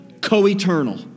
co-eternal